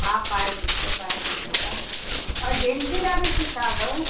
हा पाए ॾिसो पाए ॾिसो तव्हां ऐं जेन्स जा बि सुठा अथव